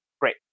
Great